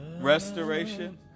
restoration